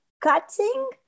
cutting